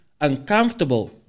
uncomfortable